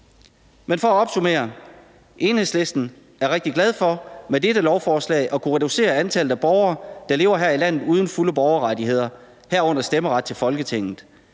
vil jeg sige, at Enhedslisten er rigtig glad for med dette lovforslag at kunne reducere antallet af borgere, der lever her i landet uden fulde borgerrettigheder, herunder stemmeret til Folketinget,